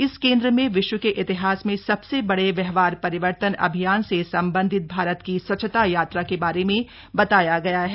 इस केंद्र में विश्व के इतिहास में सबसे बड़े व्यवहार परिवर्तन अभियान से संबंधित भारत की स्वच्छता यात्रा के बारे में बताया गया है